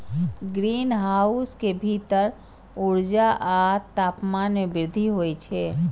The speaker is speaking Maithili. ग्रीनहाउस के भीतर ऊर्जा आ तापमान मे वृद्धि होइ छै